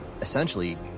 essentially